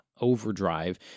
overdrive